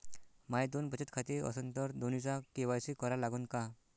माये दोन बचत खाते असन तर दोन्हीचा के.वाय.सी करा लागन का?